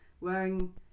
wearing